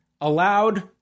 allowed